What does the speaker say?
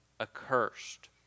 accursed